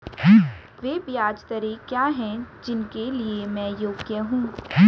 वे ब्याज दरें क्या हैं जिनके लिए मैं योग्य हूँ?